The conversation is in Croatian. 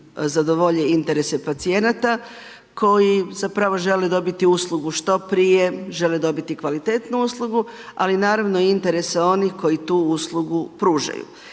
zadovolje interesi pacijenata koji zapravo žele dobiti uslugu što prije, žele dobiti kvalitetnu uslugu, ali naravno interese onih koji tu uslugu pružaju.